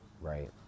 right